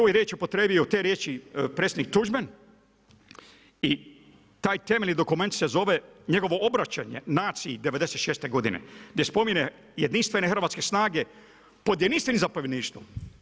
Tu je riječ upotrijebio, te riječi predsjednik Tuđman i taj temeljni dokument se zove, njegovo obraćanje, naciji '96. godine, gdje spominje, jedinstvene hrvatske snage, pod jedinstvenim zapovjedništvom.